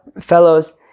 fellows